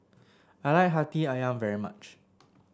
I like Hati ayam very much